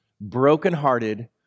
brokenhearted